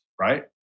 Right